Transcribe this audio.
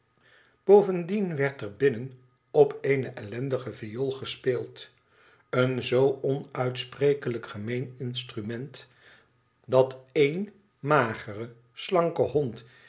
bovendien werd er binnen op eene ellendige viool gespeeld een zoo onuitsprekelijk gemeen instrument dat één magere slanke hond